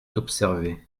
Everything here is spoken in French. d’observer